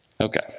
Okay